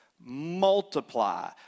Multiply